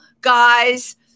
Guys